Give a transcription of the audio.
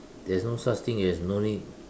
there's no such thing as no need